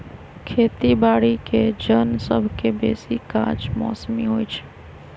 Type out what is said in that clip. खेती बाड़ीके जन सभके बेशी काज मौसमी होइ छइ